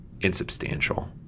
insubstantial